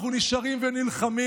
אנחנו נשארים ונלחמים.